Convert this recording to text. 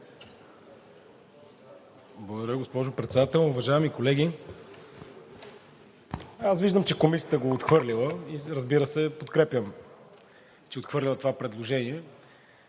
Благодаря, госпожо Председател. Уважаеми колеги! Аз виждам, че Комисията го е отхвърлила и, разбира се, подкрепям, че е отхвърлила това предложение,